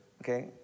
okay